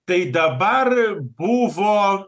tai dabar buvo